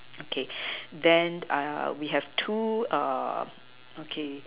okay then we have two okay